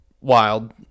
wild